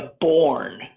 born